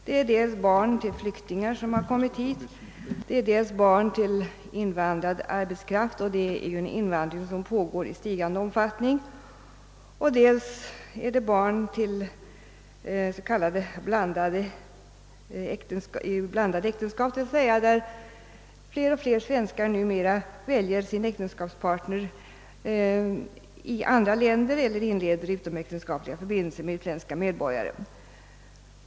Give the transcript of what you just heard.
Det gäller dels barn till flyktingar som har kommit hit och barn till invandrad arbetskraft, en invandring som pågår i stigande omfattning, dels barn i s.k. blandäktenskap. Fler och fler svenskar väljer numera sin äktenskapspartner i andra länder eller inleder utomäktenskapliga förbindelser med utländska medborgare.